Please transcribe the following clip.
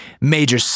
major